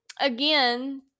Again